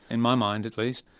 in my mind at least,